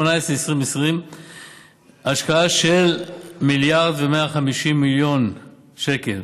השקעה של מיליארד ו-150 מיליון שקל,